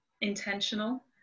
intentional